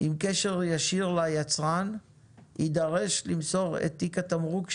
עם קשר ישיר ליצרן יידרש למסור את תיק התמרוק שלו.